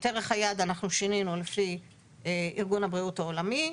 ערך היעד אנחנו שינינו לפי ארגון הבריאות העולמי.